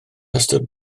ystod